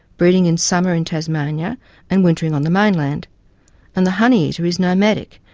breeding in summer in tasmania and wintering on the mainland and the honeyeater is nomadic,